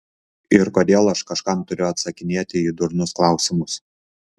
ir kodėl aš kažkam turiu atsakinėti į durnus klausimus